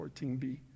14b